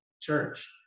church